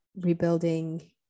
rebuilding